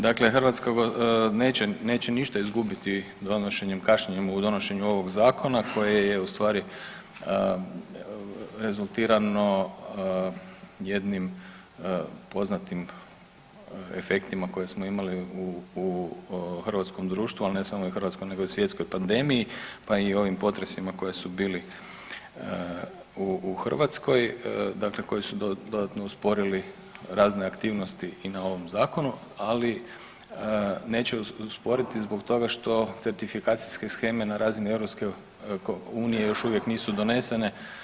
Dakle, Hrvatska neće, neće ništa izgubiti donošenjem, kašnjenjem u donošenju ovog zakona koje je u stvari rezultirano jednim poznatim efektima koje smo imali u, u hrvatskom društvu, ali ne samo u hrvatskoj nego i svjetskoj pandemiji, pa i ovim potresima koji su bili u, u Hrvatskoj, dakle koji su dodatno usporili razne aktivnosti i na ovom zakonu, ali neće usporiti zbog toga što certifikacijske sheme na razini EU još uvijek nisu donesene.